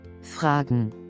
Fragen